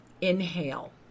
inhale